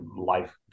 life